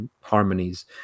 harmonies